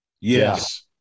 Yes